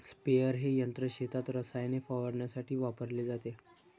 sprayer हे यंत्र शेतात रसायने फवारण्यासाठी वापरले जाते